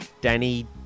Danny